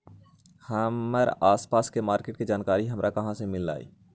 हमर आसपास के मार्किट के जानकारी हमरा कहाँ से मिताई?